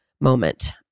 moment